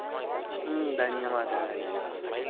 ధన్యవాదాలండి